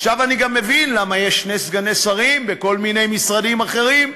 עכשיו אני גם מבין למה יש שני סגני שרים בכל מיני משרדים אחרים: